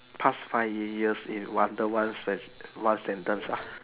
past five years in wonder one sen~ one sentence ah